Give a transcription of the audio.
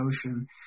Ocean